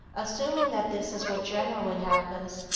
assuming that this is what generally happens,